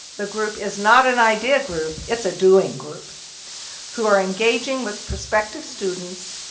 the group is not an idea group, it's a doing group who are engaging with prospective students,